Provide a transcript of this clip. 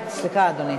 סליחה, אדוני.